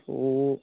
অ'